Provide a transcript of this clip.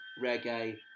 reggae